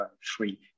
free